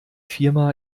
firma